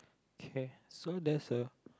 K so there's a